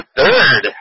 third